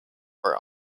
for